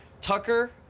Tucker